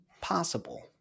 possible